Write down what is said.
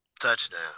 Touchdown